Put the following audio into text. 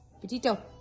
Petito